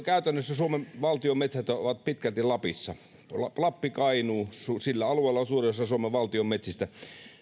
käytännössä suomen valtion metsät ovat pitkälti lapissa lappi kainuu alueella on suurin osa suomen valtion metsistä